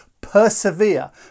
persevere